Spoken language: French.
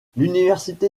l’université